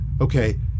okay